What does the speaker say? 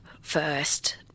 first